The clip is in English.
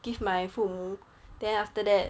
give my 父母 then after that